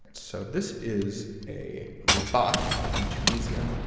so this is a ribat in tunisia.